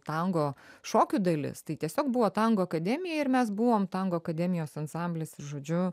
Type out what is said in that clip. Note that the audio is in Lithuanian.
tango šokių dalis tai tiesiog buvo tango akademija ir mes buvom tango akademijos ansamblis ir žodžiu